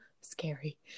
scary